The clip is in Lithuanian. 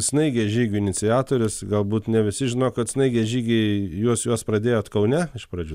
snaigės žygių iniciatorius galbūt ne visi žino kad snaigės žygiai juos juos pradėjote kaune iš pradžių